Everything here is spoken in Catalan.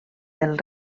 del